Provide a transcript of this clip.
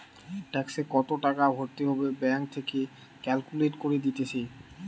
ট্যাক্সে কত টাকা ভরতে হবে ব্যাঙ্ক থেকে ক্যালকুলেট করে দিতেছে